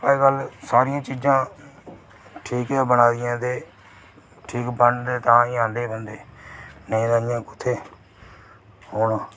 अजकल सारियां चीज़ां ठीक ऐ बना दियां ते ठीक बनग ते तां गै आंदे बंदे नेईं तां कुत्थै औना